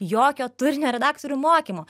jokio turinio redaktorių mokymo